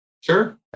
Sure